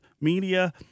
media